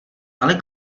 ale